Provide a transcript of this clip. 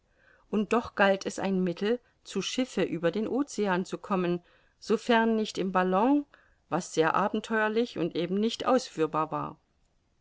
und doch galt es ein mittel zu schiffe über den ocean zu kommen sofern nicht im ballon was sehr abenteuerlich und eben nicht ausführbar war